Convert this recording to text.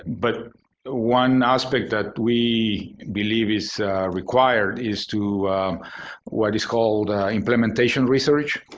but one aspect that we believe is required is to what is called implementation research,